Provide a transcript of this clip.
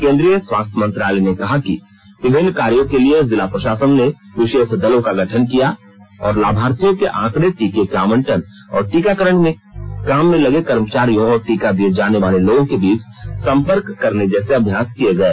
केन्द्रीय स्वास्थ्य मंत्रालय ने कहा कि विभिन्न कार्यों के लिए जिला प्रशासन ने विशेष दलों का गठन किया और लाभार्थियों के आंकड़े टीके के आवंटन और टीकाकरण के काम में लगे कर्मचारियों और टीका दिए जाने वाले लोगों के बीच सम्पर्क करने जैसे अभ्यास किए गए